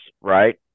right